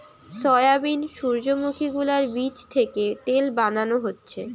soybean, সূর্যোমুখী গুলোর বীচ থিকে তেল বানানো হচ্ছে